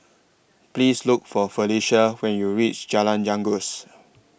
Please Look For Felisha when YOU REACH Jalan Janggus